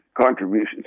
contributions